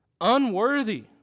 unworthy